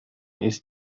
ist